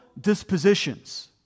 dispositions